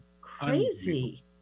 crazy